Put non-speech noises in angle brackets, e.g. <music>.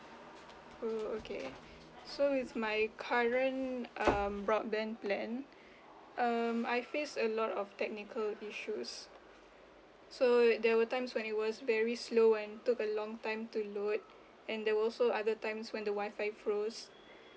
oh okay <breath> so with my current um broadband plan <breath> um I face a lot of technical issues so there were times when it was very slow and took a long time to load and they were also other times when the Wi-Fi froze